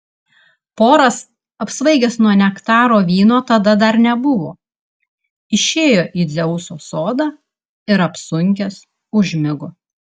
poras apsvaigęs nuo nektaro vyno tada dar nebuvo išėjo į dzeuso sodą ir apsunkęs užmigo